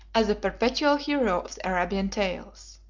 as the perpetual hero of the arabian tales.